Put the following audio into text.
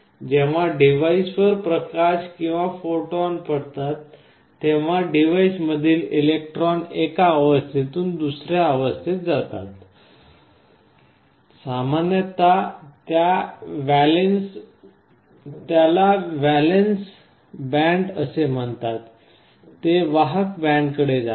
जेव्हा डिव्हाइसवर प्रकाश किंवा फोटॉन पडतात तेव्हा डिव्हाइसमधील इलेक्ट्रॉन एका अवस्थेतून दुसर्या अवस्थेत जातात सामान्यत त्यांना व्हॅलेन्स बँड असे म्हणतात ते वाहक बँडकडे जातात